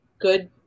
good